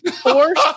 Force